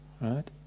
right